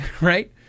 right